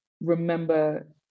remember